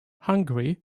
hungary